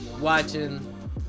watching